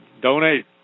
donate